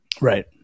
Right